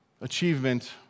achievement